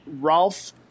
Ralph